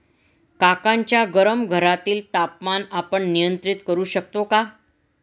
काकांच्या गरम घरातील तापमान आपण नियंत्रित करु शकतो का?